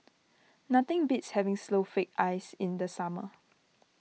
nothing beats having Snowflake Ice in the summer